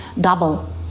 double